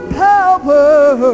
power